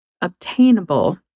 obtainable